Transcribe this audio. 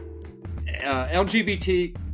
LGBT